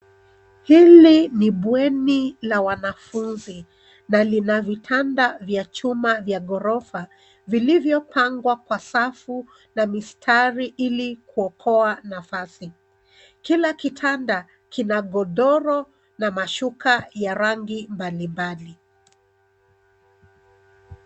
Hili ni bweni la wanafunzi na lina vitanda vya chuma vya ghorofa vilivyopangwa kwa safu na mistari ili kuokoa nafasi. Kila kitanda kina godoro na mashuka ya rangi mbaliimbali.